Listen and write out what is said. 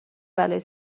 بلایی